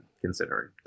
considering